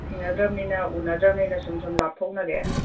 ꯊꯦꯡꯅꯗ꯭ꯔꯃꯤꯅ ꯎꯅꯗ꯭ꯔꯃꯤꯅ ꯁꯨꯝ ꯁꯨꯝ ꯂꯥꯞꯊꯣꯛꯅꯔꯦ